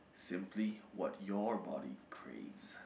simply what your body craves